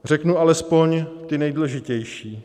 Řeknu alespoň ty nejdůležitější.